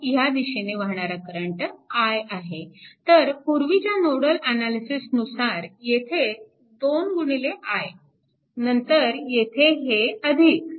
ह्या दिशेने वाहणारा करंट i आहे तर पूर्वीच्या नोडल अनालिसिसनुसार येथे 2 i नंतर येथे हे